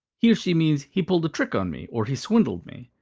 he or she means he pulled a trick on me or he swindled me.